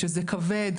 שזה כבד,